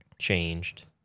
Changed